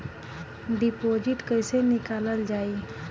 Deposit कैसे निकालल जाइ?